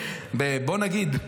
בוא נגיד,